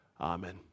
Amen